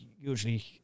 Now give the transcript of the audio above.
usually